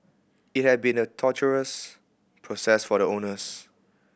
it had been a torturous process for the owners